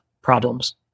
problems